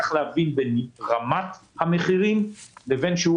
צריך להבחין בין רמת המחירים לבין שיעור